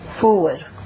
forward